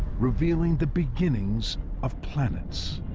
revealing the beginnings of planets.